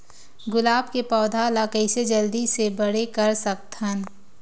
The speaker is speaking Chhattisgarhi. गुलाब के पौधा ल कइसे जल्दी से बड़े कर सकथन?